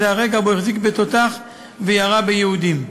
זה הרגע שבו החזיק בתותח וירה ביהודים.